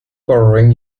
borrowing